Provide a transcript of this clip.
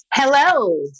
Hello